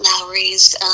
Lowry's